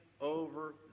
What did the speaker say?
over